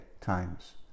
times